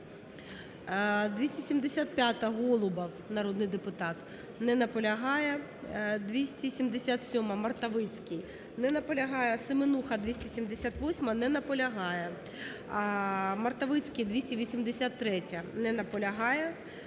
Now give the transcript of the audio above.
275-а, Голубов, народний депутат. Не наполягає. 277-а, Мартовицький. Не наполягає. Семенуха, 278-а. Не наполягає. Мартовицький, 283-я. Не наполягає.